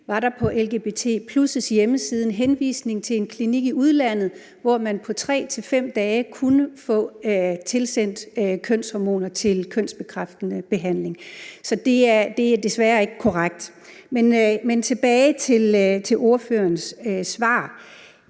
var der på lgbt+'s hjemmeside en henvisning til en klinik i udlandet, hvor man på 3-5 dage kunne få tilsendt kønshormoner til kønsbekræftende behandling. Så det er desværre ikke korrekt. For at vende tilbage til ordførerens svar